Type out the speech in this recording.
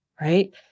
right